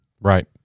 Right